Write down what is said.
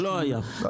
לא היה.